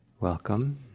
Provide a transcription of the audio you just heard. welcome